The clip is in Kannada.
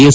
ಎಸ್